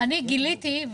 אני גיליתי,